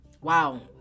Wow